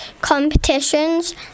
competitions